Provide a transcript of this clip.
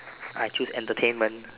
I choose entertainment